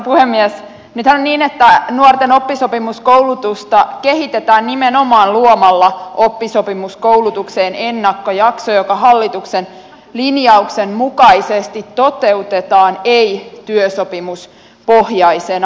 nythän on niin että nuorten oppisopimuskoulutusta kehitetään nimenomaan luomalla oppisopimuskoulutukseen ennakkojakso joka hallituksen linjauksen mukaisesti toteutetaan ei työsopimuspohjaisena